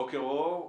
בוקר אור.